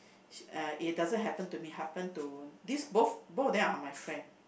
uh it doesn't happen to me happen to this both both of them are my friend